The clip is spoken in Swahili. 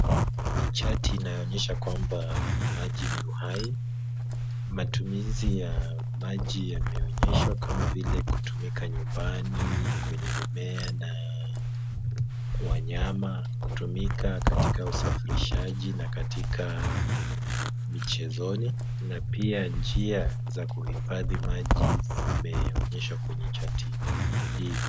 Ni chati inayoonyesha kwamba maji ni uhai. Matumizi ya maji yameonyeshwa kama vile kutumika nyumbani, kwenye mimea na Kwa wanyama na kutumika katika usafirishaji na katika michezoni na pia njia za kuhifadhi maji zimeeonyeshwa kwenye chati hii.